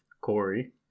Corey